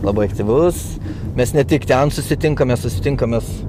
labai aktyvus mes ne tik ten susitinkam mes susitinkam mes